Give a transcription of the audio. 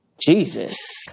Jesus